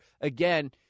Again